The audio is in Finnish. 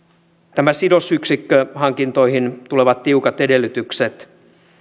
sidosyksikköhankintoihin tulevat tiukat edellytykset